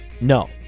No